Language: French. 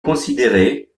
considéré